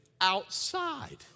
outside